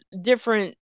different